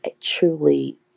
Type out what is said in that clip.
truly